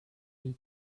you